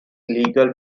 legal